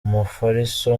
umufariso